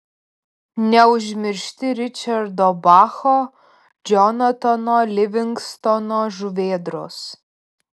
neužmiršti ričardo bacho džonatano livingstono žuvėdros